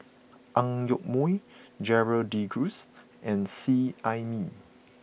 Ang Yoke Mooi Gerald De Cruz and Seet Ai Mee